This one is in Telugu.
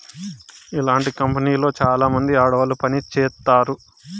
ఇలాంటి కంపెనీలో చాలామంది ఆడవాళ్లు పని చేత్తారు